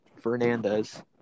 Fernandez